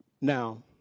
Now